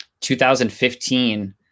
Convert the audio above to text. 2015